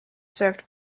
served